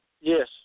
Yes